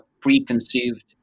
preconceived